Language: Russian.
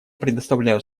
предоставляю